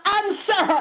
answer